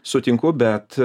sutinku bet